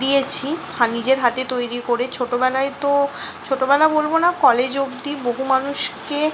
দিয়েছি ফা নিজের হাতে তৈরি করে ছোটোবেলায় তো ছোটোবেলা বলবো না কলেজ অবধি বহু মানুষকে